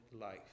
life